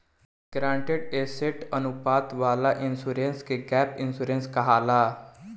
guaranteed asset अनुपात वाला insurance के गैप इंश्योरेंस कहाला